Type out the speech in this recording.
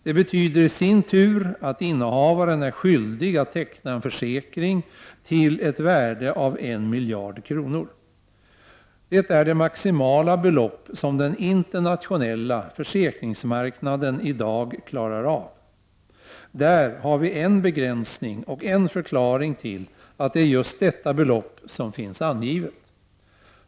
Det betyder i sin tur att innehavaren är skyldig att teckna en försäkring till ett värde av 1 miljard kronor. Det är det maximala belopp som den internationella försäkringsmarknaden i dag klarar av. Där har vi en begränsning och en förklaring till att det är just detta belopp som finns angivet.